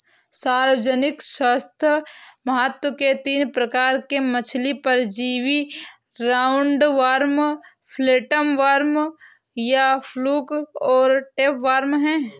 सार्वजनिक स्वास्थ्य महत्व के तीन प्रकार के मछली परजीवी राउंडवॉर्म, फ्लैटवर्म या फ्लूक और टैपवार्म है